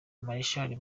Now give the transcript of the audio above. marshal